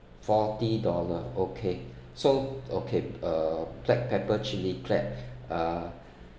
forty dollar okay so okay uh black pepper chili crab uh